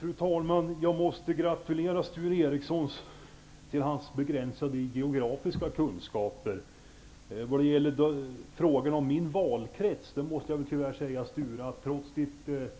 Fru talman! Jag måste gratulera Sture Ericson till hans begränsade geografiska kunskaper. När det gäller frågan om vilken valkrets jag tillhör måste jag säga att Sture Ericson trots sitt